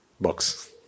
box